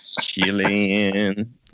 Chilling